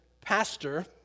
Pastor